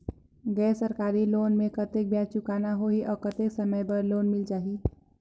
गैर सरकारी लोन मे कतेक ब्याज चुकाना होही और कतेक समय बर लोन मिल जाहि?